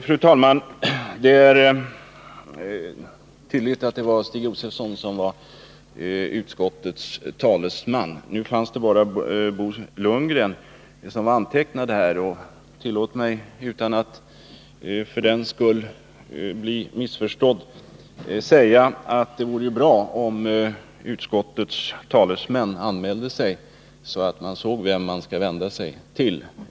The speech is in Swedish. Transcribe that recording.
Fru talman! Det är tydligen Stig Josefson som är utskottets talesman, trots att endast Bo Lundgren var antecknad på talarlistan. Tillåt mig därför att säga, utan att för den skull bli missförstådd, att det vore bra om utskottets talesmän anmälde sig på talarlistan, så att man kan se vem man skall vända sig till.